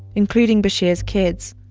including bashir's kids,